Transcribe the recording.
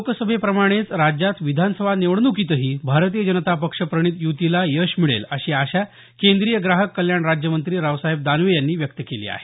लोकसभे प्रमाणेच राज्यात विधानसभा निवडणुकीतही भारतीय जनता पक्ष प्रणित युतीला यश मिळेल अशी आशा केंद्रीय ग्राहक कल्याण राज्यमंत्री रावसाहेब दानवे यांनी व्यक्त केली आहे